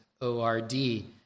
O-R-D